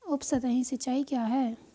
उपसतही सिंचाई क्या है?